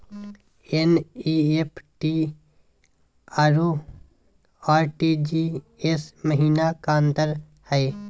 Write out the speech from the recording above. NEFT अरु RTGS महिना का अंतर हई?